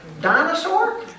dinosaur